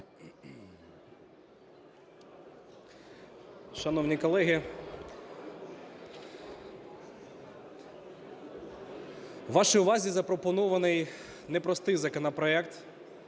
Шановні колеги вашій увазі запропонований непростий законопроект,